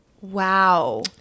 Wow